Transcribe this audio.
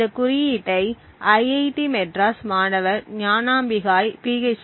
இந்த குறியீட்டை ஐஐடி மெட்ராஸ் மாணவர் ஞானம்பிகாய் Ph